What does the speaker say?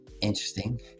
Interesting